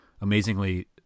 Amazingly